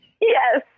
yes